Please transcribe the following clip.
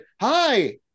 hi